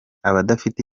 abadafite